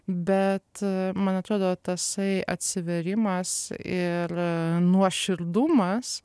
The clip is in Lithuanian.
bet man atrodo tasai atsivėrimas ir nuoširdumas